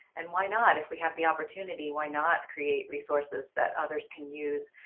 and why not? if we have the opportunity, why not create resources that others can use?